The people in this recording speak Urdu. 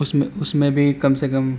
اس میں اس میں بھی کم سے کم